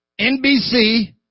NBC